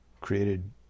created